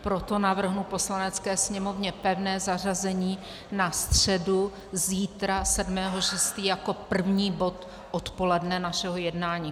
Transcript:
Proto navrhnu Poslanecké sněmovně pevné zařazení na středu, zítra, 7. 6., jako první bod odpoledne našeho jednání.